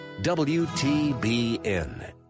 WTBN